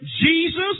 Jesus